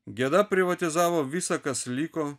geda privatizavo visa kas liko